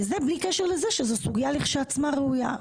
זה בלי קשר לזה שזאת לכשעצמה סוגיה ראויה.